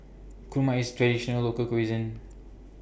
Kurma IS A Traditional Local Cuisine